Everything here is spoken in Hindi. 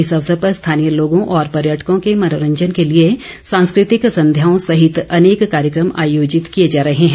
इस अवसर पर स्थानीय लोगों और पर्यटकों के मनोरंजन के लिए सांस्कृतिक संध्याओं सहित अनेक कार्यक्रम आयोजित किए जा रहे हैं